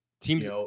Teams